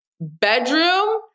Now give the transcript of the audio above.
Bedroom